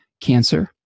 Cancer